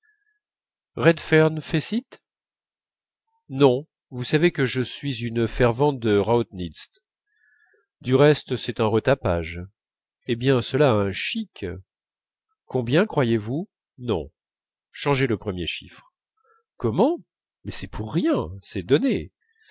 fecit non vous savez que je suis une fervente de raudnitz du reste c'est un retapage eh bien cela a un chic combien croyez-vous non changez le premier chiffre comment mais c'est pour rien c'est donné